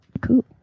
Cool